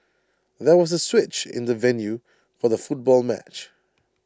there was A switch in the venue for the football match